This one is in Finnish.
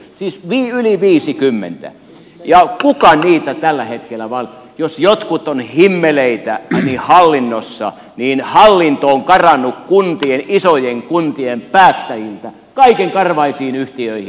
jos miehelle viisikymmentä ja uhkaa niitä tällä hetkellä vain jos jotkut ovat himmeleitä niin hallinto on karannut isojen kuntien päättäjiltä kaikenkarvaisiin yhtiöihin